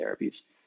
therapies